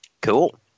cool